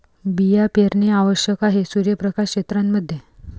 बिया पेरणे आवश्यक आहे सूर्यप्रकाश क्षेत्रां मध्ये